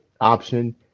option